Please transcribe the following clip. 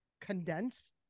condense